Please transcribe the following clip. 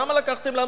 למה לקחתם לנו?